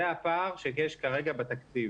זה הפער שיש כרגע בתקציב.